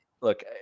look